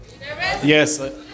Yes